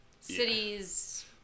cities